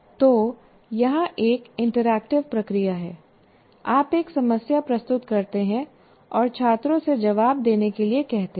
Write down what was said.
तो यहाँ एक इंटरैक्टिव प्रक्रिया है आप एक समस्या प्रस्तुत करते हैं और छात्रों से जवाब देने के लिए कहते हैं